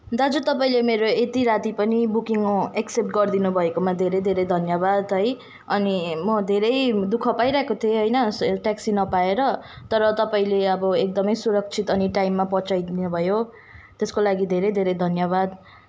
दाजु तपाईँले मेरो यति राति पनि बुकिङ एक्सेप्ट गरिदिनु भएकोमा धेरै धेरै धन्यवाद है अनि म धेरै दुःख पाइरहेको थिएँ होइन स ट्याक्सी नपाएर तर तपाईँले अब एकदमै सुरक्षित अनि टाइममा पहुँचाई दिनुभयो त्यसको लागि धेरै धेरै धन्यवाद